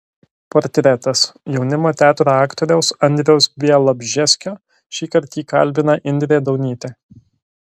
portretas jaunimo teatro aktoriaus andriaus bialobžeskio šįkart jį kalbina indrė daunytė